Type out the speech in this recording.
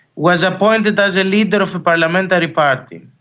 was appointed as a leader of a parliamentary party.